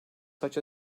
such